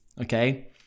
okay